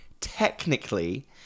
technically